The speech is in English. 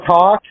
talk